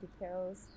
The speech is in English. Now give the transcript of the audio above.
details